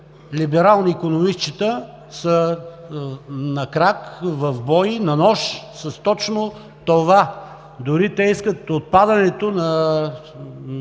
либерални икономистчета са на крак, в бой, на нож с точно това. Дори те искат отпадането на